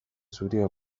zuria